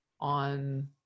on